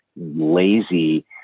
lazy